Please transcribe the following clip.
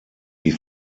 die